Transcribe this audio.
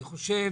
אני חושב